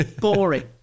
Boring